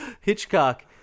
Hitchcock